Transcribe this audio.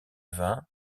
vins